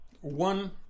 One